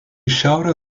šiaurę